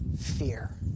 fear